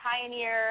pioneer